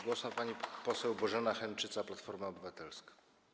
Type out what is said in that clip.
Głos ma pani poseł Bożena Henczyca, Platforma Obywatelska.